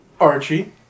Archie